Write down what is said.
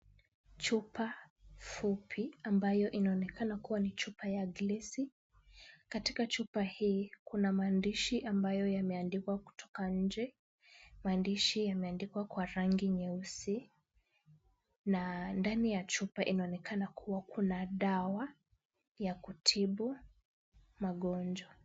Chupa fupi ambayo inaonekana kuwa ni chupa ya glesi. Katika chupa hii kuna maandishi ambayo yameandikwa kutoka nje. Maandishi yameandikwa kwa rangi nyeusi na ndani ya chupa inaonekana kuwa kuna dawa ya kutibu magonjwa.